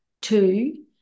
two